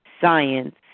science